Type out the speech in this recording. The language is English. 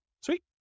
Sweet